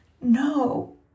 no